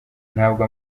ntabwo